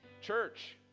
Church